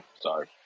Sorry